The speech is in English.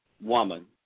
woman